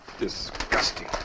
Disgusting